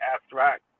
abstract